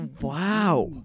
Wow